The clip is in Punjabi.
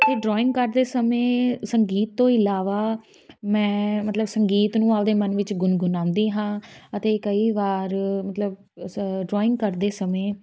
ਅਤੇ ਡਰੋਇੰਗ ਕਰਦੇ ਸਮੇਂ ਸੰਗੀਤ ਤੋਂ ਇਲਾਵਾ ਮੈਂ ਮਤਲਬ ਸੰਗੀਤ ਨੂੰ ਆਪਣੇ ਮਨ ਵਿੱਚ ਗੁਣਗੁਣਾਉਂਦੀ ਹਾਂ ਅਤੇ ਕਈ ਵਾਰ ਮਤਲਬ ਸ ਡਰੋਇੰਗ ਕਰਦੇ ਸਮੇਂ